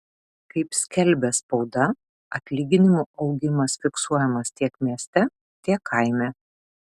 kaip skelbia spauda atlyginimų augimas fiksuojamas tiek mieste tiek kaime